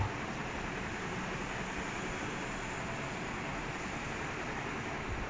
இது எவ்ளோ வேணாலும் பண்ணலான்னு நினைக்கிறேன்:ithu evalo venaalum pannalaamnu ninaikkiraen like they haven't given